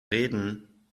reden